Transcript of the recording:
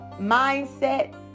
mindset